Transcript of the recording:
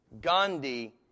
Gandhi